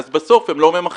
אז בסוף הם לא ממחזרים.